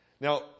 Now